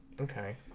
Okay